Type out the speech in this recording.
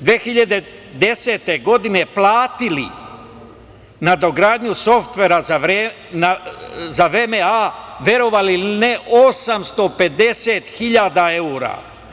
2010. godine platili nadogradnju softvera za VMA, verovali ili ne, 850 hiljada evra?